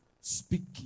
Speaking